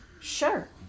Sure